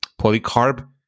Polycarb